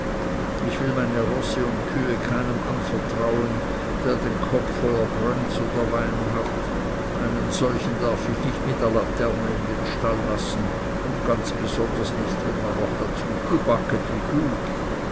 ich will meine rosse und kühe keinem anvertrauen der den kopf voll brönz oder wein hat einen solchen darf ich nicht mit der laterne in den stall lassen und ganz besonders nicht wenn er noch dazu tubaket wie du